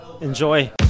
Enjoy